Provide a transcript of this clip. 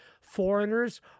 foreigners